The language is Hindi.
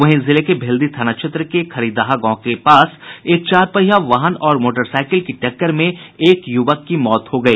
वहीं जिले में भेल्दी थाना क्षेत्र के खरीदाहा गांव में एक चार पहिया वाहन और मोटरसाईकिल की टक्कर में यूवक की मौत हो गई